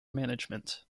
management